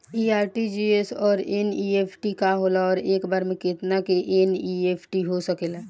इ आर.टी.जी.एस और एन.ई.एफ.टी का होला और एक बार में केतना लोगन के एन.ई.एफ.टी हो सकेला?